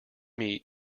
meat